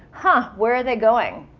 huh, where are they going?